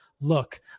look